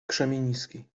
krzemiński